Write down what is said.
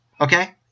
okay